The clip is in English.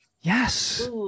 Yes